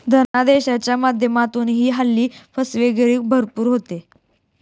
धनादेशाच्या माध्यमातूनही हल्ली फसवेगिरी भरपूर होते